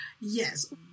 Yes